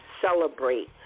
celebrate